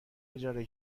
اجاره